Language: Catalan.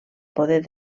poder